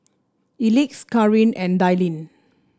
Elex Kareen and Dallin